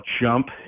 jump